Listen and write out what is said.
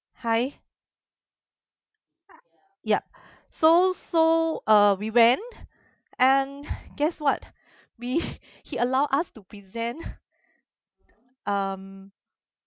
hi yup so so uh we went and guess what we he allow us to present um